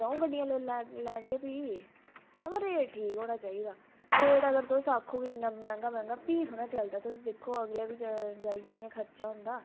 दंऊ गड्डियां लैगे फ्ही अबा रेट ठीक होना चाहिदा रेट अगर तुस आक्खो मैहंगा फ्ही थोह्ड़ा चलदा तुस दिक्खो अगले बी जाइये खर्चा होंदा